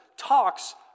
talks